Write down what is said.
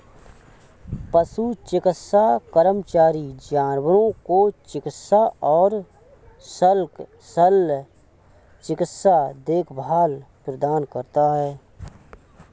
पशु चिकित्सा कर्मचारी जानवरों को चिकित्सा और शल्य चिकित्सा देखभाल प्रदान करता है